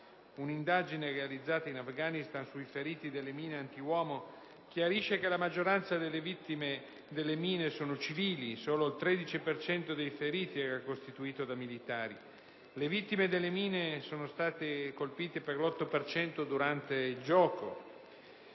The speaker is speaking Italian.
Un'indagine realizzata in Afghanistan sui feriti delle mine antiuomo chiarisce che la maggioranza delle vittime delle mine sono civili. Solo il 13 per cento dei feriti era costituito da militari; le vittime delle mine sono state colpite per l'8 per cento durante il gioco,